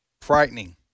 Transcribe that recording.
frightening